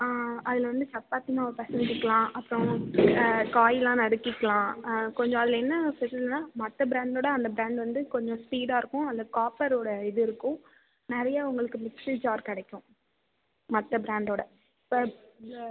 அதில் வந்து சப்பாத்தி மாவு பிசைஞ்சிக்கலாம் அப்புறம் காயெலாம் நறுக்கிக்கலாம் கொஞ்சம் அதில் என்ன ஸ்பேஸலுனா மற்ற ப்ராண்ட்டோடு அந்த ப்ராண்ட் வந்து கொஞ்சம் ஸ்பீடாக இருக்கும் அந்த காப்பரோடய இது இருக்கும் நிறைய உங்களுக்கு மிக்ஸி ஜார் கிடைக்கும் மற்ற ப்ராண்ட்டோடு இப்போ